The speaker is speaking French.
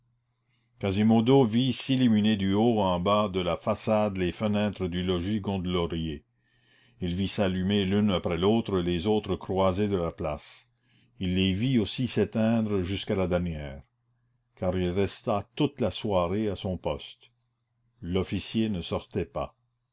quasimodo vit s'illuminer du haut en bas de la façade les fenêtres du logis gondelaurier il vit s'allumer l'une après l'autre les autres croisées de la place il les vit aussi s'éteindre jusqu'à la dernière car il resta toute la soirée à son poste l'officier ne sortait pas